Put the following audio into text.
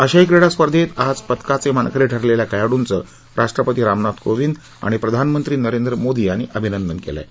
आशियाई क्रिडा स्पर्धेत आज पदकाचे मानकरी ठरलेल्या खेळाडूंचं राष्ट्रपती रामनाथ कोविंद आणि प्रधानमंत्री नरेंद्र मोदी यांनी अभिनंदन केलं आहे